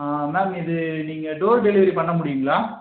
on ma'am இது நீங்கள் door delivery பண்ண முடியுங்களா